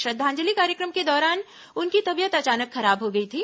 श्रद्वांजलि कार्यक्रम के दौरान उनकी तबीयत अचानक खराब हो गई थी